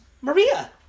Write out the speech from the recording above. maria